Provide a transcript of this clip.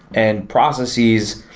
and processes,